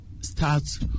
starts